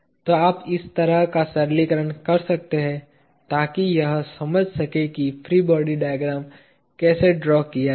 तो आप इस तरह का सरलीकरण कर सकते हैं ताकि यह समझ सकें कि फ्री बॉडी डायग्राम कैसे ड्रा किया जाए